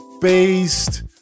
based